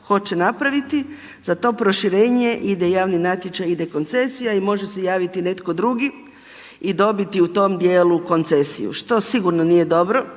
hoće napraviti za to proširenje ide javni natječaj, ide koncesija i može se javiti netko drugi i dobiti u tom dijelu koncesiju što sigurno nije dobro.